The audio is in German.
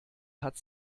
hat